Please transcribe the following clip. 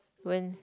when